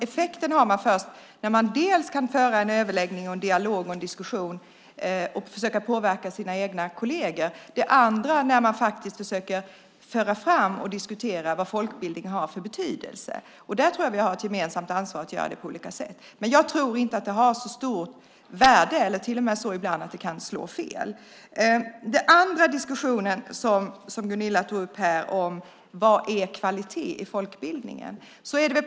Effekten får man först när man dels kan föra en överläggning, en dialog och en diskussion och försöka påverka sina egna kolleger, dels försöker föra fram och diskutera vad folkbildningen har för betydelse. Vi har ett gemensamt ansvar att göra det på olika sätt. Men jag tror inte att det har så stort värde. Ibland kan det till och med slå fel. Den andra som Gunilla tog upp var vad som är kvalitet i folkbildningen.